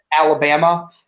Alabama